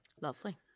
Lovely